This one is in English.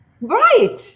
Right